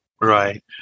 Right